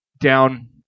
down